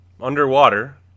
underwater